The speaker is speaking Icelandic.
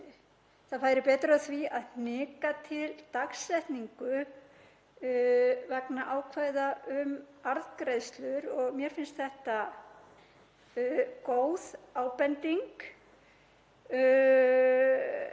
það færi betur á því að hnika til dagsetningu vegna ákvæða um arðgreiðslur. Mér finnst þetta góð ábending